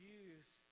use